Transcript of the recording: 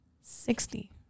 Sixty